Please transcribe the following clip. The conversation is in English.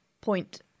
point